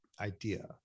idea